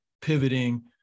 pivoting